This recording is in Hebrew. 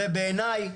ובעיניי,